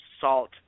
salt